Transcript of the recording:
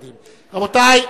רבותי,